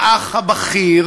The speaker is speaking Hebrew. האח הבכיר,